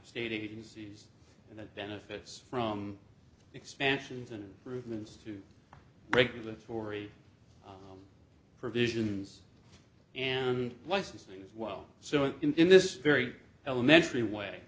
state agencies and that benefits from expansions and ruben's to regulatory provisions and licensing as well so in this very elementary way